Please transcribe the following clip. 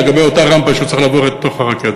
לגבי אותה רמפה שהוא צריך לעבור לתוך הרכבת.